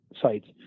sites